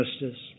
justice